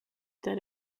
that